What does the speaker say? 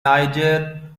niger